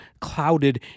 clouded